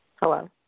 Hello